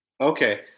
Okay